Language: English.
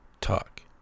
talk